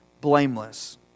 blameless